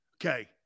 Okay